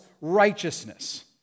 righteousness